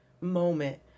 moment